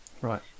right